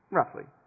roughly